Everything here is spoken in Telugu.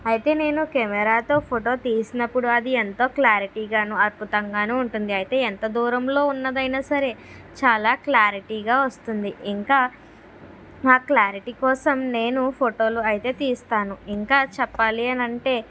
అయితే నేను కెమెరా తో ఫోటో తీసినప్పుడు అది ఎంతో క్లారిటీ గాను అద్భుతంగాను ఉంటుంది అయితే ఎంత దూరంలో ఉన్నదైన సరే చాలా క్లారిటీ గా వస్తుంది ఇంకా మా క్లారిటీ కోసం నేను ఫోటోలు అయితే తీస్తాను ఇంకా చెప్పాలి అని అంటే